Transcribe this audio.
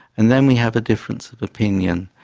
and then we have a difference of opinion.